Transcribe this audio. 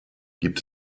gibt